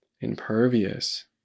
impervious